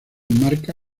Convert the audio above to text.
enmarca